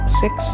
six